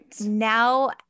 now